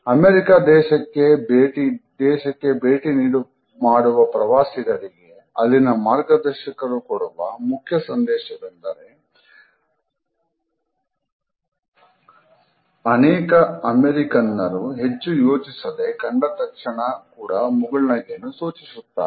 America ದೇಶಕ್ಕೆ ಭೇಟಿ ಮಾಡುವ ಪ್ರವಾಸಿಗರಿಗೆ ಅಲ್ಲಿನ ಮಾರ್ಗದರ್ಶಕರು ಕೊಡುವ ಮುಖ್ಯ ಸಂದೇಶವೆಂದರೆ ಅನೇಕ ಅಮೆರಿಕನ್ನರು ಹೆಚ್ಚು ಯೋಚಿಸದೆ ಕಂಡ ತಕ್ಷಣ ಕೂಡ ಮುಗುಳ್ನಗೆಯನ್ನು ಸೂಚಿಸುತ್ತಾರೆ